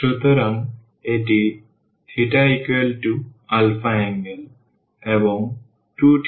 সুতরাং এটি θ alpha angle এবং 2θ beta angle